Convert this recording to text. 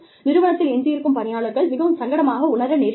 நிறுவனத்தில் எஞ்சியிருக்கும் பணியாளர்கள் மிகவும் சங்கடமாக உணர நேரிடலாம்